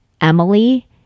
emily